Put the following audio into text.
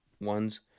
ones